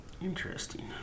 interesting